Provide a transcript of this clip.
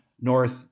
north